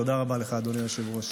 תודה רבה לך, אדוני היושב-ראש.